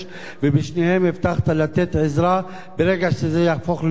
הבטחת לתת עזרה ברגע שזה יהפוך להיות סטטוטורי,